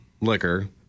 liquor